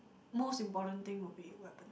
most important thing would be weapons